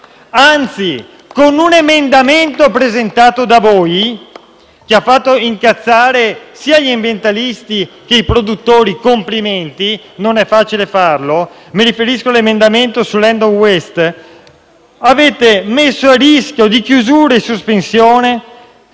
Anzi, con un emendamento presentato da voi, che ha fatto incazzare sia gli ambientalisti che i produttori (complimenti, non è facile farlo), mi riferisco l'emendamento sull'*end of waste*, avete messo a rischio di chiusura e sospensione